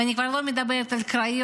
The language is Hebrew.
ואני כבר לא מדברת על הקריות,